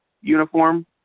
uniform